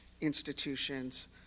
institutions